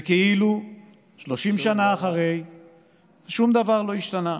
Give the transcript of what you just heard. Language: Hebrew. וכאילו 30 שנה אחרי שום דבר לא השתנה,